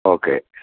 okay